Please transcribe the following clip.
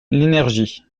l’énergie